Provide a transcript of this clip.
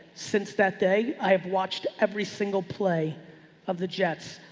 since that day i have watched every single play of the jets.